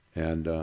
and